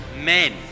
Men